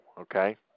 Okay